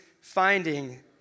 finding